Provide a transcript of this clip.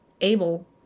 able